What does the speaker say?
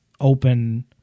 open